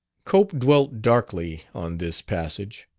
cope dwelt darkly on this passage.